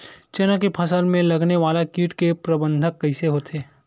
चना के फसल में लगने वाला कीट के प्रबंधन कइसे होथे?